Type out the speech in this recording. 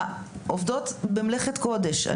העוסקות במלאכת קודש.